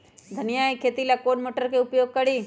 धनिया के खेती ला कौन मोटर उपयोग करी?